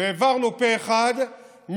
והעברנו פה אחד,